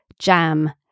jam